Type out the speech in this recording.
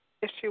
issue